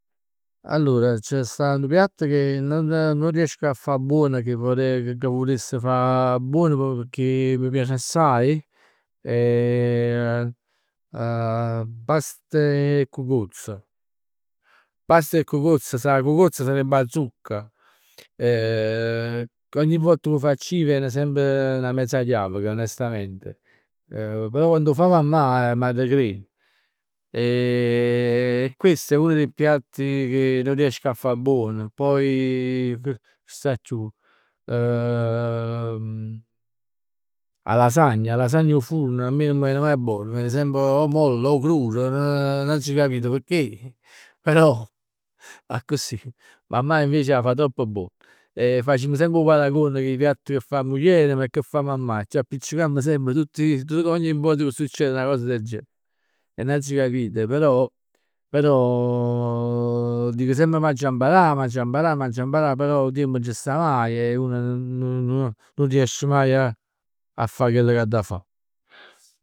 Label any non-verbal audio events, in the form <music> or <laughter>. Allor, c' sta nu piatt ca non, non 'o riesc a fa buon e che vorrei, ca vuless fa buon pecchè m' piace assaje, <hesitation> past e cucozz. Past e cucozz. 'A cucozz sarebbe 'a zucca. <hesitation> Ogni volta che 'o facc ij, viene sempre 'na mezza chiaveca onestamente, però quann 'o fa mammà m'arrecrej. <hesitation> E questo è uno dei piatti che nun riesc a fa buon, poi <hesitation> che c' sta chiù? <hesitation> 'A lasagna, 'a lasagna 'o furn a me nun m' vene mai bona, mi vene semp o molla o crura, nun aggio capit pecchè. Però <laughs> accussì, mammà che 'a fa troppo bon. Facimm semp 'o paragon cu 'e piatti ca fa muglierem e che fa mammà e c'appiccicamm semp tutti, tutt, ogni vot che succer 'na cosa del genere. È n'aggio capito, però <hesitation> dico semp m'aggia mparà, m'aggia mparà, m'aggia mparà, però 'o tiempo nun ci sta mai e uno nun nun nun riesce mai a fa <hesitation> chell che addà fa.